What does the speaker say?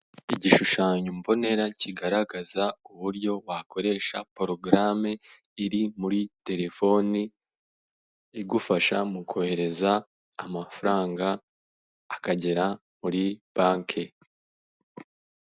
Igishushanyombonera kigaragaza uburyo wakoresha porogaramu iri muri terefoni, igufasha mu kohereza amafaranga akagera muri banki.